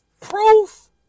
Proof